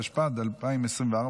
התשפ"ד 2024,